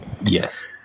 yes